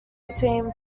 between